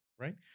right